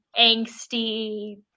angsty